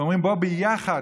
ואומרים: בוא ביחד,